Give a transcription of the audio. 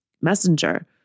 Messenger